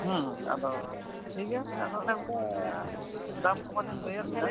ᱦᱮᱸ ᱟᱫᱚ ᱴᱷᱤᱠ ᱜᱮᱭᱟ ᱟᱫᱚ ᱚᱱᱮ ᱚᱱᱠᱟ ᱫᱟᱢ ᱠᱚ ᱦᱚᱸ ᱞᱤᱧ ᱞᱟᱹᱭ ᱟᱫ ᱵᱤᱱᱟ